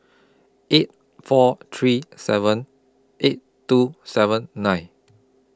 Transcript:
eight four three seven eight two seven nine